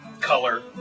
color